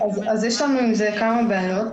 יש לנו עם זה כמה בעיות.